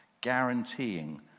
guaranteeing